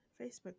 Facebook